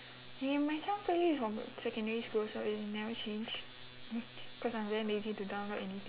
eh my song playlist is from secondary school so it never change cause I'm very lazy to download anything